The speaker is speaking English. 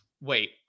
Wait